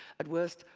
at worst,